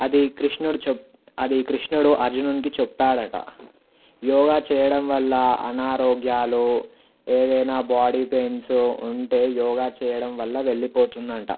అది కృష్ణుడు చెప్ అది కృష్ణుడు అర్జునునికి చెప్పాడు అట యోగా చేయడం వల్ల అనారోగ్యాలు ఏదైనా బాడీ పెయిన్స్ ఉంటే యోగా చేయడం వల్ల వెళ్ళిపోతుందట